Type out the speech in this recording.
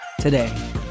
today